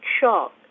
shock